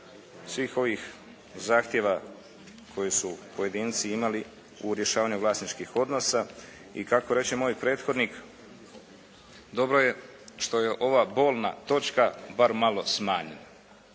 svih ovih zahtjeva koje su pojedinci imali u rješavanju vlasničkih odnosa i kako reče moj prethodnik, dobro je što je ova bolna točka bar malo smanjena.